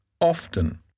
Often